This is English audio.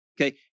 Okay